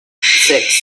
six